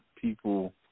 people